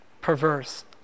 perverse